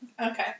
Okay